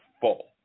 full